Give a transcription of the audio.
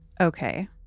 Okay